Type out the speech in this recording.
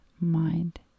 mind